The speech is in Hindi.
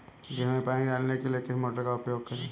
गेहूँ में पानी डालने के लिए किस मोटर का उपयोग करें?